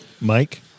Mike